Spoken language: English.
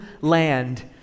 land